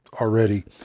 already